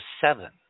seven